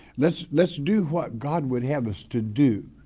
let's let's do what god would have us to do,